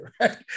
right